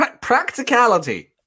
practicality